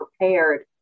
prepared